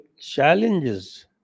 challenges